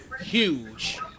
huge